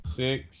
six